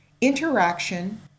interaction